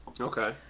Okay